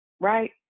right